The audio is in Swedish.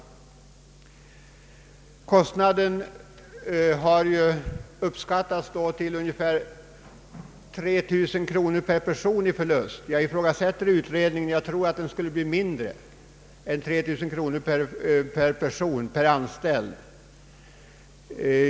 Förlusten har uppskattats till ungefär 3 000 kronor per person. Jag ifrågasätter utredningens uppgift. Jag tror att förlusten skulle bli mindre än 3000 kronor per anställd.